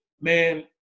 Man